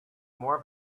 more